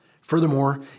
Furthermore